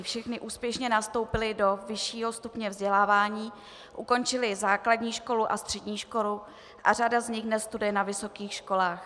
Všechny úspěšně nastoupily do vyššího stupně vzdělávání, ukončily základní školu a střední školu a řada z nich dnes studuje na vysokých školách.